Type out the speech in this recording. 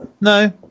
no